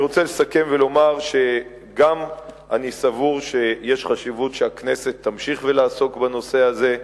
אני רוצה לסכם ולומר שגם אני סבור שחשוב שהכנסת תמשיך לעסוק בנושא הזה.